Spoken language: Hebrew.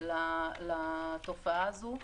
לתופעה הזו,